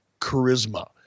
charisma